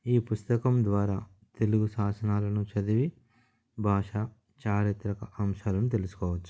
ఈ పుస్తకం ద్వారా తెలుగు శాసనాలను చదివి భాష చారిత్రక అంశాలను తెలుసుకోవచ్చు